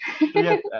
yes